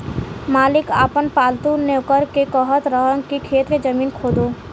मालिक आपन पालतु नेओर के कहत रहन की खेत के जमीन खोदो